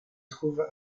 trouve